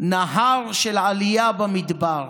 נהר של עלייה במדבר.